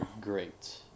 great